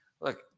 Look